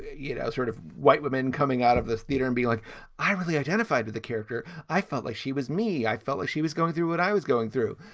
you know, sort of white women coming out of this theater and be like i really identified with the character. i felt like she was me. i felt like she was going through what i was going through.